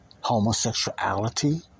homosexuality